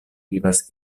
vivas